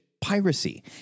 piracy